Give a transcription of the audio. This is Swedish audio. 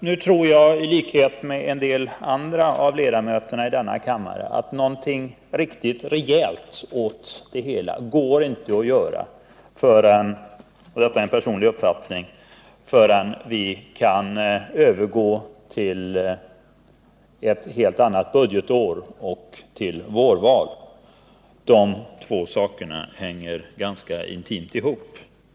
Nu tror jag, i likhet med en del andra ledamöter i denna kammare, att något riktigt rejält inte går att göra åt det hela förrän vi kan övergå till ett annat budgetår och till vårval. De två sakerna hänger ganska intimt ihop.